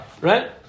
right